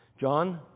John